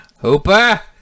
Hooper